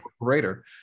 greater